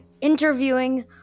interviewing